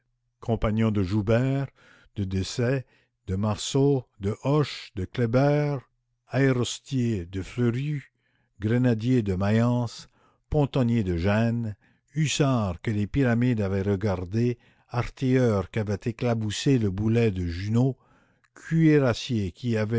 compagnons de joubert de desaix de marceau de hoche de kléber aérostiers de fleurus grenadiers de mayence pontonniers de gênes hussards que les pyramides avaient regardés artilleurs qu'avait éclaboussés le boulet de junot cuirassiers qui